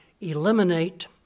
eliminate